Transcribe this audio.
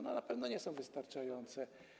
Na pewno nie są wystarczające.